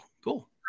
Cool